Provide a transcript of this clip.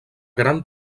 gran